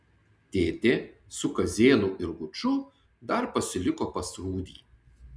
tetė su kazėnu ir guču dar pasiliko pas rūdį